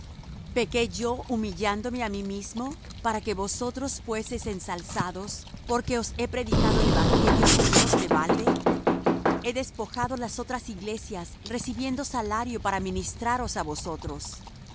yo humillándome á mí mismo para que vosotros fueseis ensalzados porque os he predicado el evangelio de dios de balde he despojado las otras iglesias recibiendo salario para ministraros á vosotros